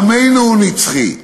עמנו הוא נצחי,